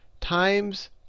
times